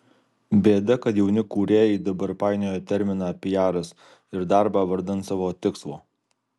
bėda kad jauni kūrėjai dabar painioja terminą piaras ir darbą vardan savo tikslo